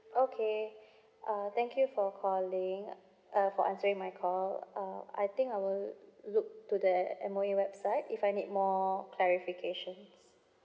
okay uh thank you for calling uh for answering my call uh I think I will look to the M_O_E website if I need more clarifications